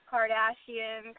Kardashian